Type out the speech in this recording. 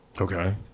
Okay